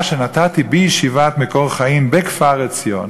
שנתתי בישיבת "מקור חיים" בכפר-עציון